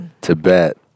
Tibet